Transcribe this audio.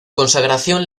consagración